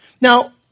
Now